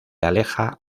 aleja